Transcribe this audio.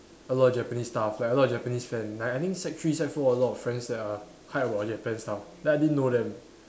a lot of Japanese stuff like a lot of Japanese fan like I think sec three sec four a lot of friends that are high about Japan stuff then I didn't know them